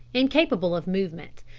incapable of movement.